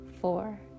four